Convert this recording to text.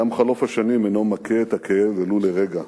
גם חלוף השנים אינו מקהה את הכאב ולו לרגע.